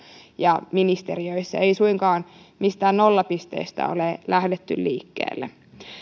ja ministeriöissä ei suinkaan mistään nollapisteestä ole lähdetty liikkeelle